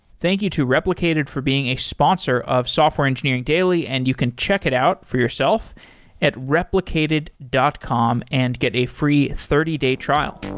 thank you to replicated for being a sponsor of software engineering daily, and you can check it out for yourself at replicated dot com and get a free thirty day trial